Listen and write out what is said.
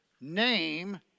name